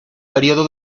período